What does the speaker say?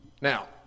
Now